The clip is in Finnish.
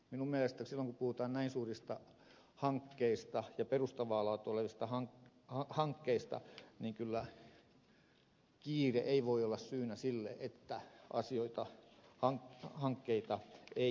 minun mielestäni silloin kun puhutaan näin suurista hankkeista ja perustavaa laatua olevista hankkeista niin kyllä kiire ei voi olla syynä sille että asioita hankkeita ei kilpailuteta